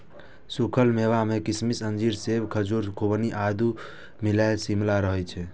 सूखल मेवा मे किशमिश, अंजीर, सेब, खजूर, खुबानी, आड़ू आदि शामिल रहै छै